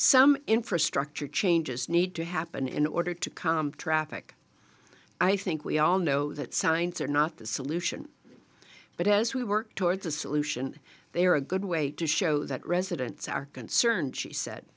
some infrastructure changes need to happen in order to calm traffic i think we all know that signs are not the solution but as we work towards a solution they are a good way to show that residents are concerned she said